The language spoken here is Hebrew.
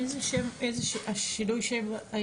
איזה שינוי השם?